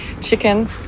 chicken